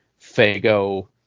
fago